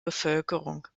bevölkerung